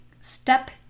Step